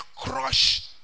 crush